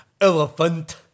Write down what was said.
Elephant